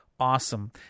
awesome